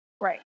Right